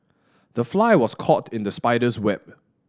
the fly was caught in the spider's web